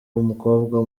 w’umukobwa